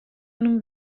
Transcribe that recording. non